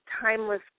timeless